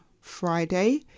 Friday